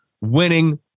winning